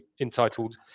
entitled